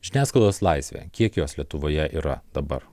žiniasklaidos laisvė kiek jos lietuvoje yra dabar